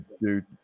dude